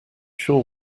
sure